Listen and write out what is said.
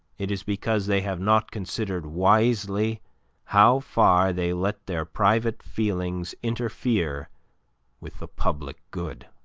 it is because they have not considered wisely how far they let their private feelings interfere with the public good.